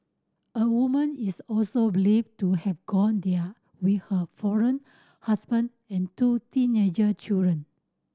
a woman is also believed to have gone there with her foreign husband and two teenager children